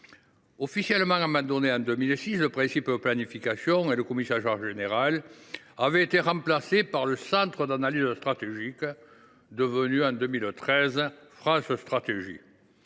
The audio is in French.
Officiellement abandonnés en 2006, le principe de planification et le Commissariat général du plan avaient été remplacés par le Centre d’analyse stratégique, devenu en 2013 France Stratégie.